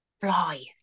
fly